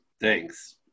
Thanks